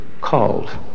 called